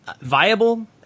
viable